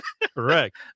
Correct